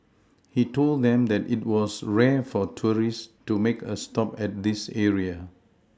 he told them that it was rare for tourists to make a stop at this area